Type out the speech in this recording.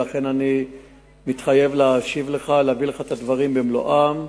ולכן אני מתחייב להשיב לך ולהביא לך את הדברים במלואם.